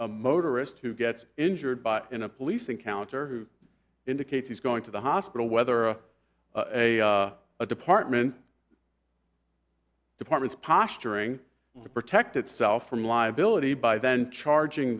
a motorist who gets injured by in a police encounter who indicates he's going to the hospital whether a department departments posturing to protect itself from liability by then charging